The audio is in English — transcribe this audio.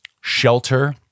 shelter